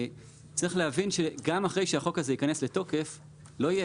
צריך להבין שגם אחרי שהחוק הזה ייכנס לתוקף לא יהיה